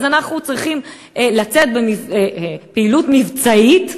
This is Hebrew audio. אנחנו צריכים לצאת בפעילות מבצעית,